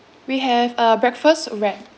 we have uh breakfast wrap